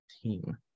team